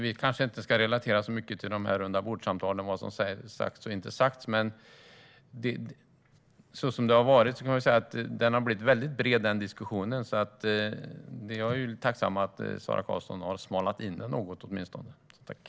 Vi kanske inte ska relatera så mycket till vad som har sagts och inte sagts vid rundabordssamtalen, men diskussionen har blivit bred. Jag är tacksam att Sara Karlsson smalnat in den diskussionen något.